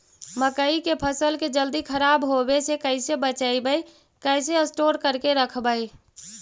मकइ के फ़सल के जल्दी खराब होबे से कैसे बचइबै कैसे स्टोर करके रखबै?